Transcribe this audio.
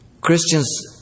Christians